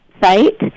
site